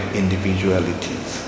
individualities